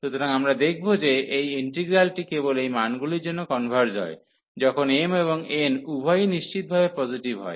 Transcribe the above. সুতরাং আমরা দেখব যে এই ইন্টিগ্রালটি কেবল এই মানগুলির জন্য কনভার্জ হয় যখন m এবং n উভয়ই নিশ্চিতভাবে পজিটিভ হয়